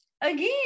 again